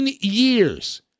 years